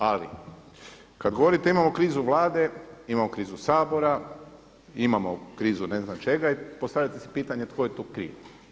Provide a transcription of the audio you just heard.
Ali kad govorite imamo krizu Vlade, imamo krizu Sabora, imamo krizu ne znam čega i postavljate si pitanje tko je tu kriv.